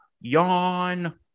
Yawn